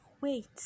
wait